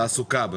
תעסוקה.